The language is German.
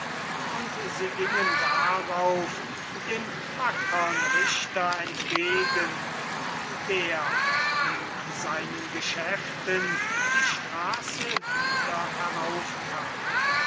und sie gingen darauf dem wackern richter entgegen der in seinen geschäften die straße wieder heraufkam